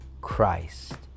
Christ